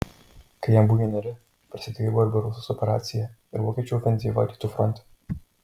kai jam buvo vieneri prasidėjo barbarosos operacija ir vokiečių ofenzyva rytų fronte